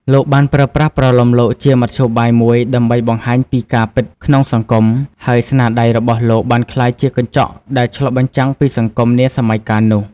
លោកបានប្រើប្រាស់ប្រលោមលោកជាមធ្យោបាយមួយដើម្បីបង្ហាញពីការពិតក្នុងសង្គម ហើយស្នាដៃរបស់លោកបានក្លាយជាកញ្ចក់ដែលឆ្លុះបញ្ចាំងពីសង្គមនាសម័យកាលនោះ។